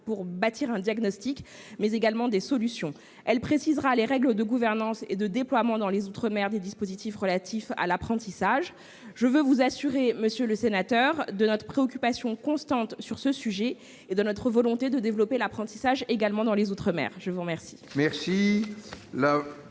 pour dresser un diagnostic et proposer des solutions. Elle précisera les règles de gouvernance et de déploiement dans les outre-mer des dispositifs relatifs à l'apprentissage. Je veux vous assurer, monsieur le sénateur, de notre préoccupation constante sur ce sujet et de notre volonté de développer l'apprentissage également dans les outre-mer. La parole